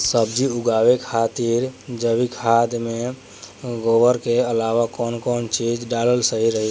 सब्जी उगावे खातिर जैविक खाद मे गोबर के अलाव कौन कौन चीज़ डालल सही रही?